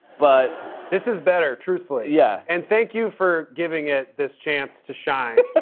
but this is better, truthfully. yeah. and thank you for giving it this chance to shine.